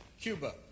Cuba